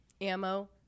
ammo